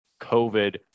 COVID